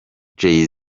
jay